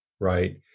Right